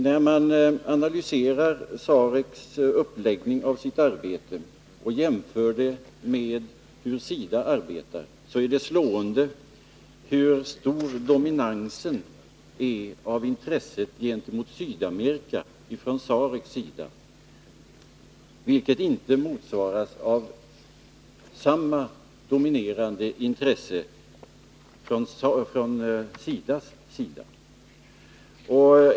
När vi analyserar SAREC:s uppläggning av sitt arbete och jämför med hur SIDA arbetar, så är det slående hur stor dominansen är av SAREC:s intresse för Sydamerika. Det motsvaras inte av samma dominerande intresse från SIDA.